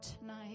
tonight